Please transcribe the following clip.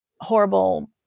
horrible